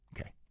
Okay